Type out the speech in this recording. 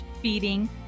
feeding